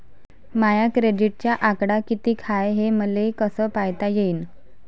माया क्रेडिटचा आकडा कितीक हाय हे मले कस पायता येईन?